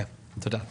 תודה רבה.